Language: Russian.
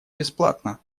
бесплатно